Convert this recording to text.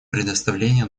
предоставление